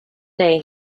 day